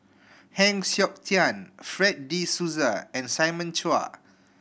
Heng Siok Tian Fred De Souza and Simon Chua